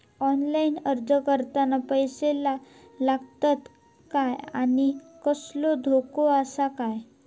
Online अर्ज करताना पैशे लागतत काय आनी कसलो धोको आसा काय?